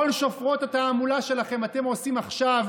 את כל שופרות התעמולה שלכם אתם עושים עכשיו,